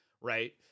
Right